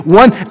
one